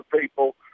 people